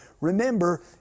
Remember